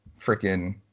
freaking